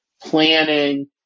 planning